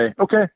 okay